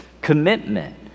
Commitment